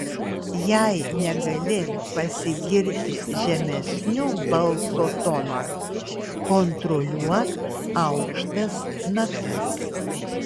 jei negali pasigirti žemesniu balso tonu kontroliuok aukštas natas